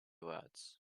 words